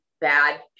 bad